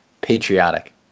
patriotic